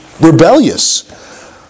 rebellious